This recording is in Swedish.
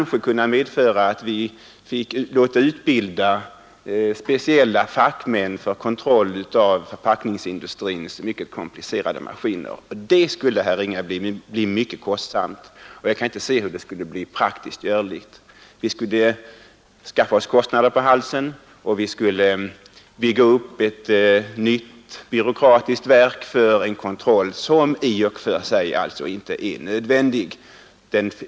Den skulle kanske medföra att vi fick låta utbilda speciella fackmän för kontroll av förpackningsindustrins mycket komplicerade maskiner, och det skulle, herr Ringaby, bli mycket kostsamt. Jag kan inte se hur det skulle bli praktiskt görligt. Vi skulle skaffa oss kostnader på halsen, och vi skulle bygga upp ett nytt byråkratiskt verk för en kontroll som i och för sig alltså inte är nödvändig.